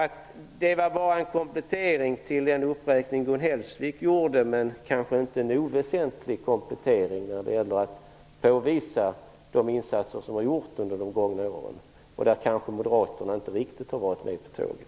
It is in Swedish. Det var bara en komplettering till den uppräkning som Gun Hellsvik gjorde men kanske inte en oväsentlig komplettering när det gäller att påvisa de insatser som gjorts under de gångna åren och då Moderaterna inte var med på tåget.